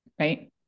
right